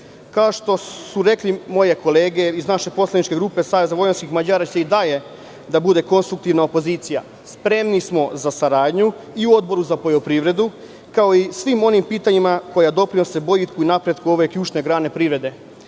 što su rekle moje kolege iz naše poslaničke grupe, SVM će i dalje da bude konstruktivna opozicija. Spremni smo za saradnju i u Odboru za poljoprivredu, kao i u svim onim pitanjima koja doprinose boljitku i napretku ove ključne grane privrede.